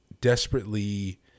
desperately